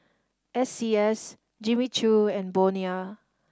S C S Jimmy Choo and Bonia